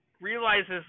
realizes